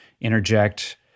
interject